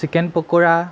chicken pakora